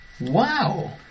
Wow